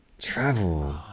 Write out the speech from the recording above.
Travel